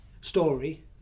story